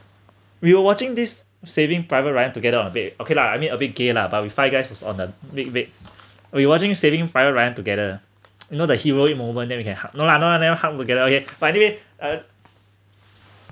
we were watching this saving private ryan together on bed okay lah I mean a bit gay lah by five guys was on a big bed uh we watching saving private ryan together you know the heroic moment then we can hug no lah no lah never hug together okay but anyway uh